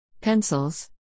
Pencils